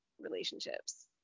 relationships